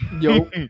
Yo